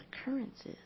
occurrences